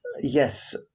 Yes